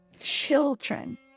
children